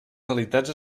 realitats